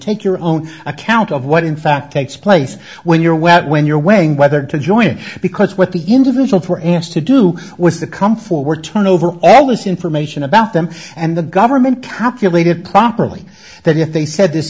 take your own account of what in fact takes place when you're wet when you're weighing whether to join because what the individual for asked to do was to come forward turn over all this information about them and the government calculated properly that if they said this